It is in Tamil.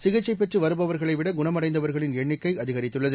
சிகிச்சைபெற்றுவருபவர்களைவிட குணம்அடைந்தவர்களின்எண்ணிக்கைஅதிகரித்துள்ளது